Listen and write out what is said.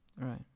Right